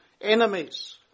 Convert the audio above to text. Enemies